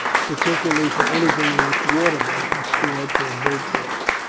particularly for anything in which water might be stored for a boat voyage.